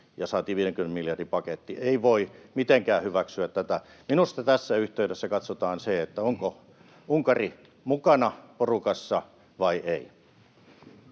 ja saatiin 50 miljardin paketti. Ei voi mitenkään hyväksyä tätä. Minusta tässä yhteydessä katsotaan se, onko Unkari mukana porukassa vai ei.